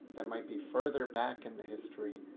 that might be further back in the history,